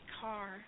car